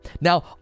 Now